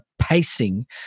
pacing